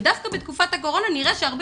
ודווקא בתקופת הקורונה נראה שהרבה